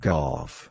Golf